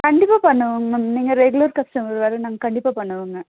கண்டிப்பாக பண்ணுவோங்க மேம் நீங்கள் ரெகுலர் கஸ்டமர் வேறு நாங்கள் கண்டிப்பாக பண்ணுவோம்ங்க